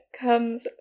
comes